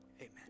Amen